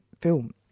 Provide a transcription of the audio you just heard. film